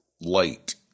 light